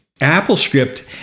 AppleScript